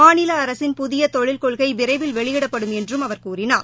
மாநில அரசின் புதிய தொழில் கொள்கை விரைவில் வெளியிடப்படும் என்றும் அவர் கூறினார்